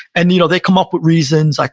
and you know they come up with reasons. like